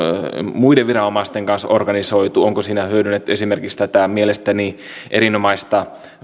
muiden viranomaisten kanssa organisoitu onko siinä hyödynnetty esimerkiksi tätä mielestäni erinomaista